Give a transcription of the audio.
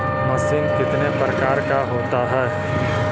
Machine कितने प्रकार का होता है?